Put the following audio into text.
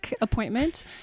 appointment